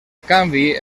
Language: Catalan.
canvi